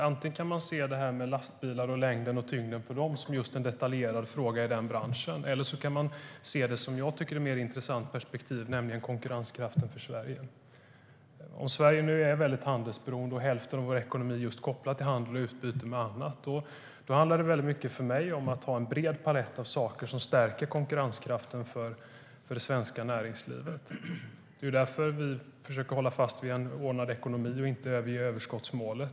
Antingen kan man se det här med lastbilar och längden och tyngden på dem som en detaljerad fråga i den branschen, eller så kan man se det i vad jag tycker är ett mer intressant perspektiv, nämligen konkurrenskraften för Sverige.Om Sverige är väldigt handelsberoende och hälften av vår ekonomi är kopplad just till handel och utbyte med annat handlar det för mig mycket om att ha en bred palett av saker som stärker konkurrenskraften för det svenska näringslivet. Det är därför vi försöker hålla fast vid en ordnad ekonomi och inte överger överskottsmålet.